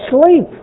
sleep